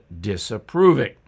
disapproving